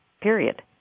period